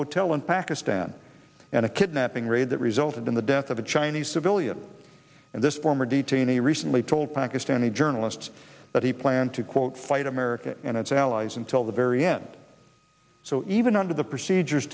hotel in pakistan and a kidnapping raid that result and in the death of a chinese civilian and this former detainee recently told pakistani journalists that he planned to quote fight america and its allies until the very end so even under the procedures